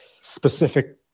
specific